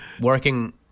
working